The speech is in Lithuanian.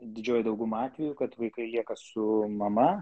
didžioji dauguma atvejų kad vaikai lieka su mama